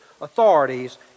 authorities